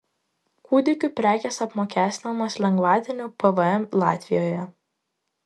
kūdikių prekės apmokestinamos lengvatiniu pvm latvijoje